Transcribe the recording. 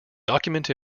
document